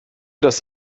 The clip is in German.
das